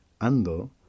ando